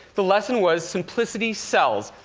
the lesson was simplicity sells.